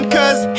Cause